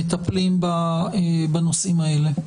מטפלים בנושאים האלה?